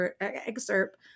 excerpt